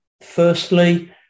Firstly